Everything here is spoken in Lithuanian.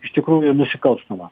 iš tikrųjų nusikalstama